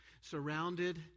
surrounded